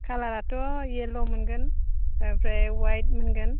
खालाराथ' येल' मोनगोन ओमफ्राय वाइट मोनगोन